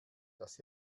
dass